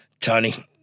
Tony